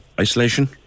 isolation